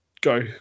go